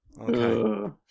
Okay